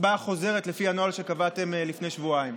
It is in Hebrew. הצבעה חוזרת לפי הנוהל שקבעתם לפני שבועיים?